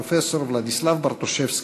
פרופסור ולדיסלב ברטושבסקי.